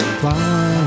fly